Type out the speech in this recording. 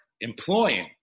employing